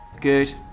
Good